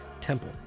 temple